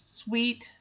sweet